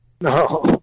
No